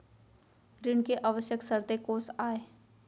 ऋण के आवश्यक शर्तें कोस आय?